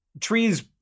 trees